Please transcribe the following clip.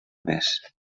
mes